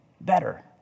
better